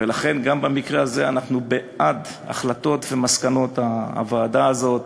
ולכן גם במקרה הזה אנחנו בעד החלטות ומסקנות הוועדה הזאת,